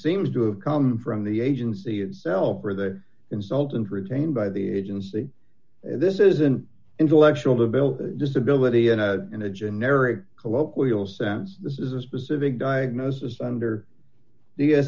seems to have come from the agency itself or the consultant retained by the agency this is an intellectual built disability in a in a generic colloquial sense this is a specific diagnosis under the